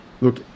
look